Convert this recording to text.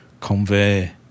convey